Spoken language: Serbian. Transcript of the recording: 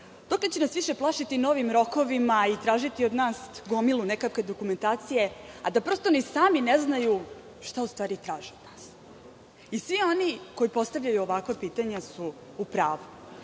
Dokle će nas više plašiti novim rokovima i tražiti od nas gomilu nekakve dokumentacije, a da ni sami ne znaju šta u stvari traže od nas? Svi oni koji postavljaju ovakva pitanja su u pravu. Bivši